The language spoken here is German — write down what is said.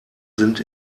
sind